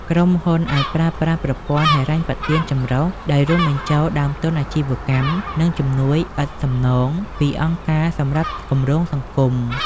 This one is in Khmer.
ក្រុមហ៊ុនអាចប្រើប្រាស់ប្រព័ន្ធហិរញ្ញប្បទានចម្រុះ ដោយរួមបញ្ចូលដើមទុនអាជីវកម្ម និងជំនួយឥតសំណងពីអង្គការសម្រាប់គម្រោងសង្គម។